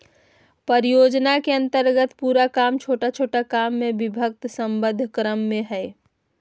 परियोजना के अन्तर्गत पूरा काम छोटा छोटा काम में विभक्त समयबद्ध क्रम में हइ